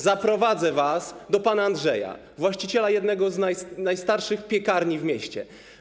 Zaprowadzę was do pana Andrzeja, właściciela jednej z najstarszych piekarni w mieście.